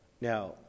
Now